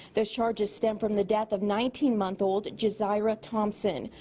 the charges stem from the death of nineteen month old jiersia thompson.